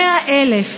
100,000